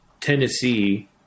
Tennessee